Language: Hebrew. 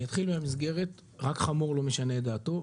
אני אתחיל מהמסגרת, רק חמור לא משנה את דעתו,